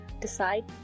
decide